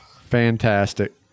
Fantastic